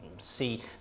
see